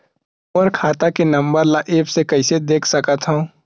मोर खाता के नंबर ल एप्प से कइसे देख सकत हव?